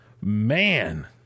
Man